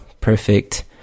Perfect